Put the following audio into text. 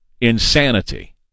insanity